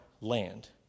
land